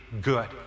good